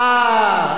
אה,